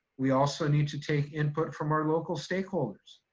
we also need to take input from our local stakeholders.